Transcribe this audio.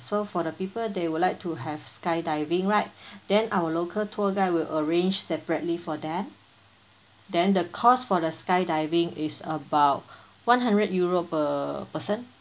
so for the people they would like to have skydiving right then our local tour guide will arrange separately for that then the cost for the skydiving is about one hundred euro per person